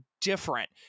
different